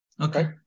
Okay